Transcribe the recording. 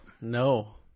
No